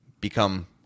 become